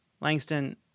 Langston